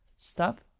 Stop